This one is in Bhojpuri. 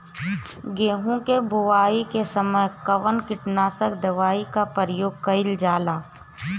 गेहूं के बोआई के समय कवन किटनाशक दवाई का प्रयोग कइल जा ला?